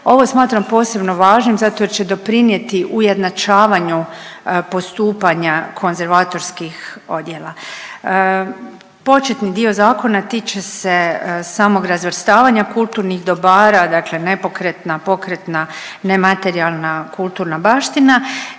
Ovo smatram posebno važnim zato jer će doprinijeti ujednačavanju postupanja konzervatorskih odjela. Početni dio zakona tiče se samog razvrstavanja kulturnih dobara, dakle nepokretna, pokretna nematerijalna kulturna baština